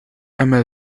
أما